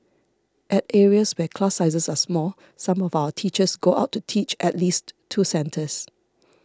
at areas where class sizes are small some of our teachers go out to teach at least two centres